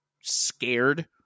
scared